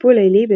"טיפול לילי",